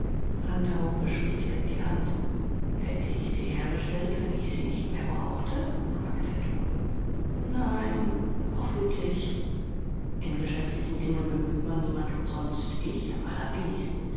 hob beschwichtigend die hand hätte ich sie herbestellt wenn ich sie nicht mehr brauchte fragte er trocken nein hoffentlich in geschäftlichen dingen bemüht man niemand umsonst ich am allerwenigsten